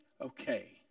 okay